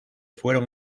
fueron